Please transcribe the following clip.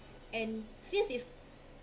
and since his